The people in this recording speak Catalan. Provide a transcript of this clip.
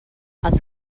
els